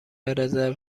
رزرو